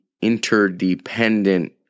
interdependent